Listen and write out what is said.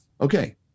okay